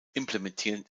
implementiert